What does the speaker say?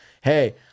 Hey